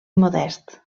modest